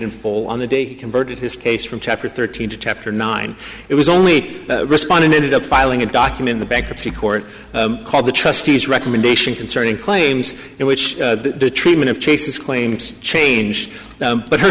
full on the date converted his case from chapter thirteen to chapter nine it was only responding ended up filing a document the bankruptcy court called the trustees recommendation concerning claims in which the treatment of chase's claims change but her